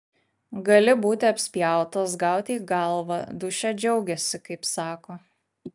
gali būti apspjautas gauti į galvą dūšia džiaugiasi kaip sako